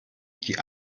die